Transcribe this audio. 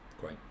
great